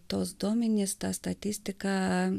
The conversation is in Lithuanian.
tuos duomenis tą statistiką